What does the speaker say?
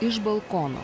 iš balkono